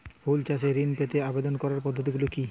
ফুল চাষে ঋণ পেতে আবেদন করার পদ্ধতিগুলি কী?